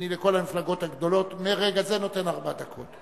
לכל המפלגות הגדולות, מרגע זה, נותן ארבע דקות.